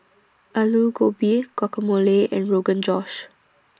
Alu Gobi Guacamole and Rogan Josh